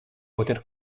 poter